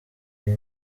iyi